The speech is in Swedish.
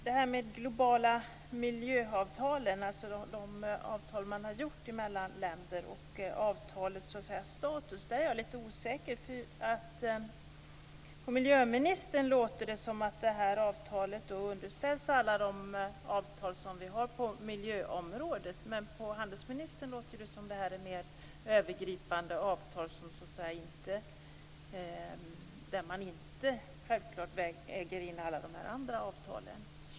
Beträffande de globala miljöavtalen, dvs. de avtal som har träffats mellan länder, och avtalens status är jag litet osäker. På miljöministern låter det som om detta avtal underställs alla de avtal som vi har på miljöområdet. Men på handelsministern låter det som om detta är ett mer övergripande avtal där man inte självklart väger in alla andra avtal.